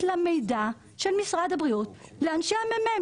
למידע של משרד הבריאות לאנשי המ.מ.מ.